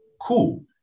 Cool